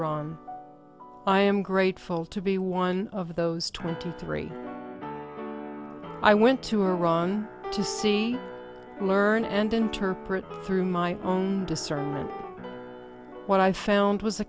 iran i am grateful to be one of those twenty three i went to iran to see learn and interpret through my own discernment what i found was a